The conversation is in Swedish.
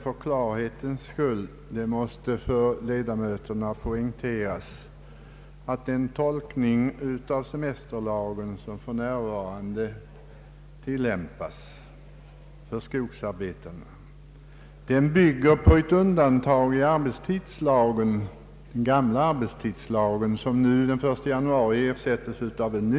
För klarhetens skull anser jag ändå att det måste poängteras att den tolkning av semesterlagen som för närvarande tillämpas för skogsarbetarna bygger på ett undantag i den gamla arbetstidslagen, som den 1 januari 1971 ersättes av en ny.